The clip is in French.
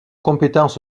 compétence